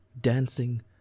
dancing